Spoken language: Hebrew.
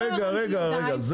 לא הרמתי ידיים,